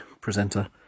presenter